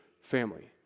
family